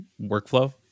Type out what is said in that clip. workflow